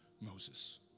Moses